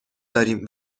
داریم